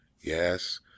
Yes